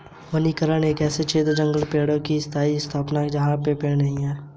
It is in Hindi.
वनीकरण ऐसे क्षेत्र में जंगल या पेड़ों के स्टैंड की स्थापना है जहां पहले कोई पेड़ नहीं था